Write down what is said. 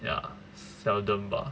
ya seldom bah